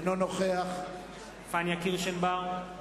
אינו נוכח פניה קירשנבאום,